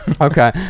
Okay